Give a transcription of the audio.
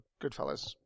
Goodfellas